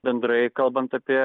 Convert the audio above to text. bendrai kalbant apie